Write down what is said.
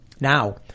Now